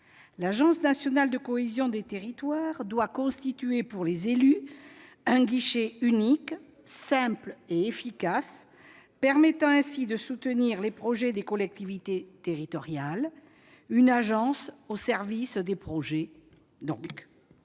L'Agence nationale de la cohésion des territoires doit constituer pour les élus un guichet unique, simple et efficace, permettant de soutenir les projets des collectivités territoriales- une agence au service des projets,